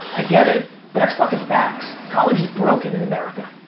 i get it. but that's fucking facts. college is broken in america.